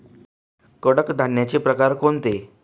कडधान्याचे प्रकार कोणते?